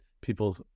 people